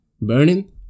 burning